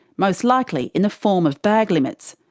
most likely in the form of bag limits.